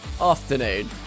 Afternoon